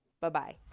Bye-bye